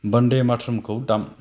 बन्दे मातारमखौ दाम